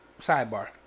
sidebar